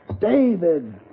David